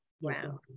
Wow